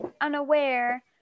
unaware